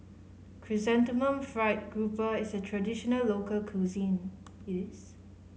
Chrysanthemum Fried Grouper is a traditional local cuisine